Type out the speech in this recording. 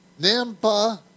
Nampa